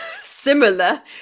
similar